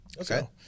Okay